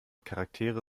charaktere